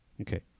Okay